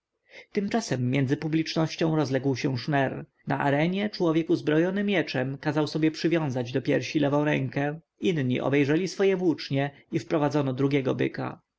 tymczasem między publicznością rozległ się szmer na arenie człowiek uzbrojony mieczem kazał sobie przywiązać do piersi lewą rękę inni obejrzeli swoje włócznie i wprowadzono drugiego byka